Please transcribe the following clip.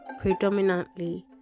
predominantly